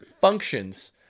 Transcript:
functions